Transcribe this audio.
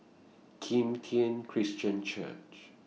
Kim Tian Christian Church